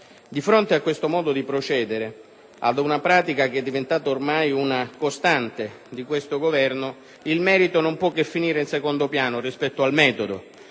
di fronte a questo modo di procedere e ad una pratica che è diventata ormai una costante di questo Governo, il merito non può che finire in secondo piano rispetto al metodo.